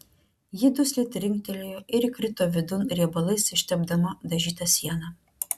ji dusliai trinktelėjo ir įkrito vidun riebalais ištepdama dažytą sieną